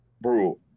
bro